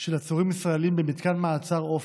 של עצורים ישראלים במתקן המעצר עופר.